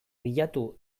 bilatu